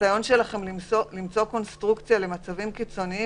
הניסיון שלכם למצוא קונסטרוקציה למצבים קיצוניים